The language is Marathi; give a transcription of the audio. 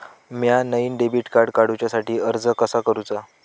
म्या नईन डेबिट कार्ड काडुच्या साठी अर्ज कसा करूचा?